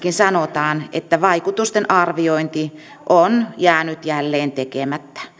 sanotaan että vaikutusten arviointi on jäänyt jälleen tekemättä